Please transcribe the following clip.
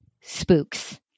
spooks